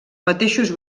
mateixos